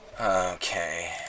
Okay